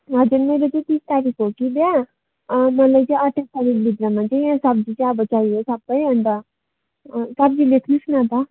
हजुर मेरो चाहिँ तिस तारिक हो कि बिहा मलाई चाहिँ अट्ठाइस तारिक भित्रमा चाहिँ यो सब्जी चाहिँ अब चाहियो सबै अन्त सब्जी लेख्नु होस् न त